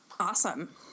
Awesome